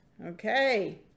Okay